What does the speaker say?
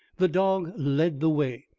the dog led the way,